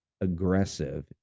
aggressive